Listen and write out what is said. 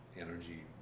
energy